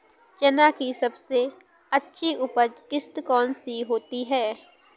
चना की सबसे अच्छी उपज किश्त कौन सी होती है?